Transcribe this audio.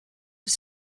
ils